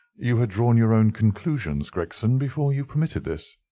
you had drawn your own conclusions, gregson, before you permitted this.